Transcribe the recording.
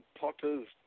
Potter's